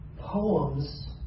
poems